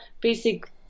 basic